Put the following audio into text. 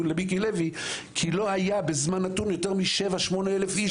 למיקי לוי כי לא היו בזמן נתון יותר מ-7,000 8,000 אנשים,